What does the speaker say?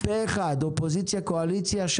אופוזיציה, קואליציה פה אחד.